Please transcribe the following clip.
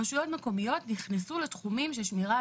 רשויות מקומיות נכנסו לתחומים של שמירה,